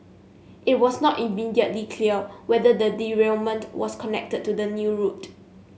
it was not immediately clear whether the derailment was connected to the new route